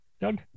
Doug